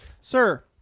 Sir